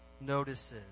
notices